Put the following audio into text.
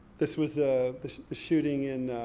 this was ah the shooting in,